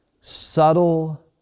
subtle